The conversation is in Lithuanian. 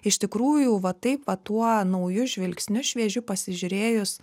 iš tikrųjų va taip va tuo nauju žvilgsniu šviežiu pasižiūrėjus